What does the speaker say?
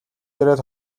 ирээд